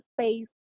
space